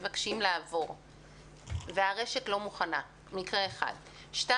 מבקשים לעבור והרשות לא מוכנה; שנית,